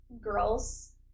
girls